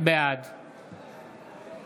בעד אבי